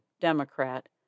Democrat